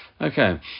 Okay